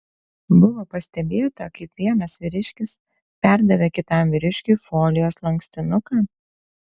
buvo pastebėta kaip vienas vyriškis perdavė kitam vyriškiui folijos lankstinuką